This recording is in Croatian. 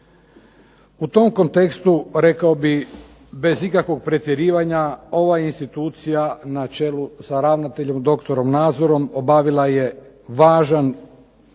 U tom kontekstu rekao bih bez ikakvog pretjerivanja ova institucija na čelu sa ravnateljem dr. Nazorom obavila je važan,